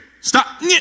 Stop